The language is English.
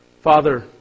Father